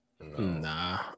nah